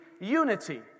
unity